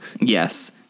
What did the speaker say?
Yes